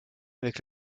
avec